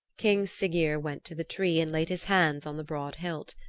king siggeir went to the tree and laid his hands on the broad hilt.